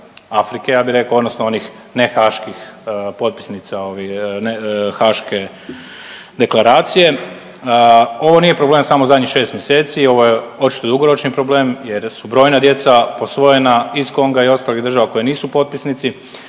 rekao odnosno onih ne haških potpisnica Haške deklaracije. Ovo nije problem samo zadnjih 6 mjeseci, ovo je očito dugoročni problem jer su brojna djeca posvojena iz Konga i ostalih država koje nisu potpisnici.